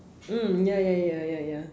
mm ya ya ya ya ya